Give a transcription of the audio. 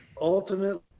ultimately